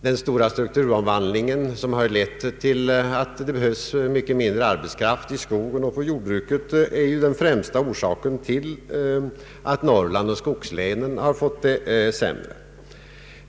Den stora strukturomvandlingen, som lett till att det behövs mycket mindre arbetskraft i skogen och i jordbruket, är den främsta orsaken till att Norrland och skoglänen fått det sämre.